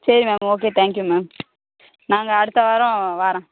சரி ma'am okay thank you ma'am நாங்கள் அடுத்த வாரம் வாரன்